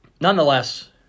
nonetheless